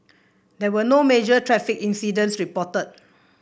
there were no major traffic incidents reported